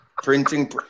printing